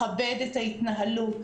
לכבד את ההתנהלות.